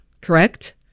correct